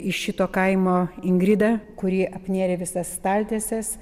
iš šito kaimo ingridą kuri apnėrė visas staltieses